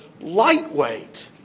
lightweight